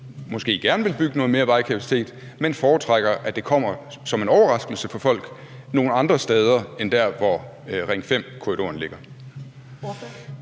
måske gerne vil bygge noget mere vejkapacitet, men foretrækker, at det kommer som en overraskelse for folk nogle andre steder end der, hvor Ring 5-korridoren ligger.